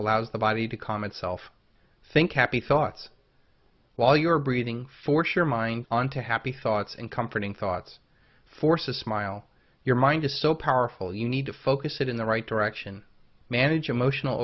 allows the body to calm and self think happy thoughts while you're breathing for sure mind on to happy thoughts and comforting thoughts force a smile your mind is so powerful you need to focus it in the right direction manage emotional